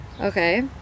okay